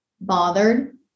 bothered